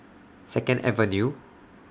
Second Avenue